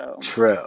True